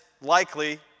likely